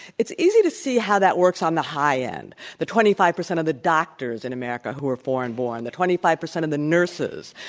it's easy to see how that works on the high end. the twenty five percent of the doctors in america who are foreign-born, the twenty five percent of the nurses,